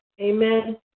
Amen